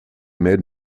made